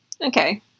Okay